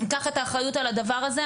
ייקח את האחריות על הדבר הזה,